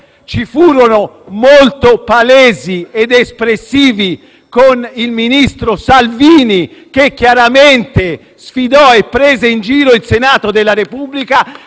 furono molto palesi ed espressivi con il ministro Salvini, che chiaramente sfidò e prese in giro il Senato della Repubblica.